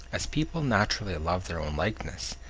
as people naturally love their own likeness,